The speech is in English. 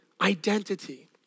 identity